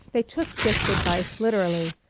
they took dick's advice literally,